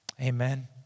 Amen